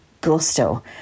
gusto